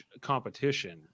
competition